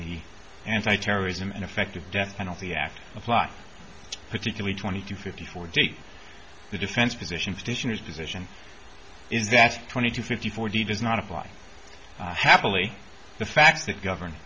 the anti terrorism in effect of death penalty act apply particularly twenty two fifty four date the defense position petitioners decision is that twenty two fifty forty does not apply happily the facts that govern